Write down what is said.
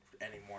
anymore